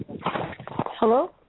Hello